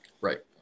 right